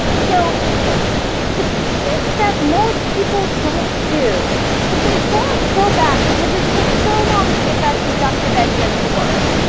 so the piece that most people don't do is they don't go back because it takes so long to get that deductive engine to work.